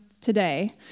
today